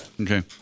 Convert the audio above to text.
Okay